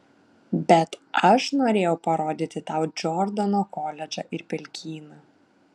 bet aš norėjau parodyti tau džordano koledžą ir pelkyną